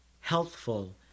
healthful